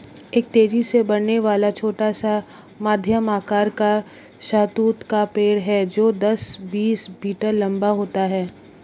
एक तेजी से बढ़ने वाला, छोटा से मध्यम आकार का शहतूत का पेड़ है जो दस, बीस मीटर लंबा होता है